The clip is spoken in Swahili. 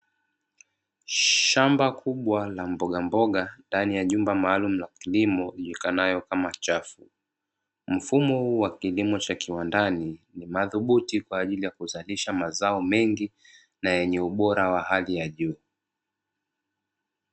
Shamba kubwa la mbogamboga ndani ya jumba maalumu la kilimo lijulikanalo kama chafu. Mfumo huu wa kilimo cha kiwandani ni madhubuti kwa ajili ya kuzalisha mazao mengi na yenye ubora wa hali ya juu.